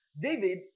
David